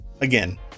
again